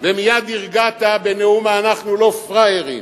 ומייד הרגעת בנאום ה"אנחנו לא פראיירים".